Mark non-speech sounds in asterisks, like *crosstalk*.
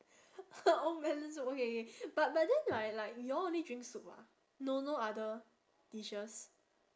*laughs* old melon soup okay K but but then right like you all only drink soup ah no no other dishes